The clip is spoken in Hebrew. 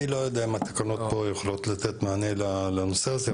אני לא יודע האם התקנות פה יכולות לתת מענה לנושא הזה,